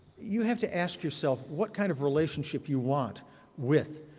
you have to ask yourself, what kind of relationship you want with